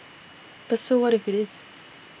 but so what if it is